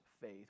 faith